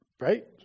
right